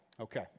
Okay